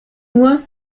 nur